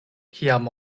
kiam